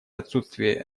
отсутствии